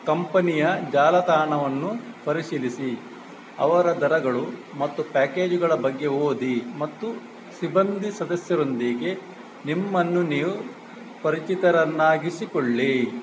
ಕಂಪನಿಯ ಜಾಲತಾಣವನ್ನು ಪರಿಶೀಲಿಸಿ ಅವರ ದರಗಳು ಮತ್ತು ಪ್ಯಾಕೇಜುಗಳ ಬಗ್ಗೆ ಓದಿ ಮತ್ತು ಸಿಬ್ಬಂದಿ ಸದಸ್ಯರೊಂದಿಗೆ ನಿಮ್ಮನ್ನು ನೀವು ಪರಿಚಿತರನ್ನಾಗಿಸಿಕೊಳ್ಳಿ